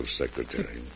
secretary